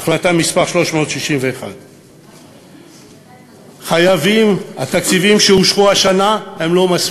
החלטה מס' 361. התקציבים שאושרו השנה הם לא מספיקים.